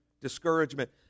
discouragement